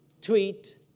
Tweet